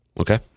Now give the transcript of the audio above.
Okay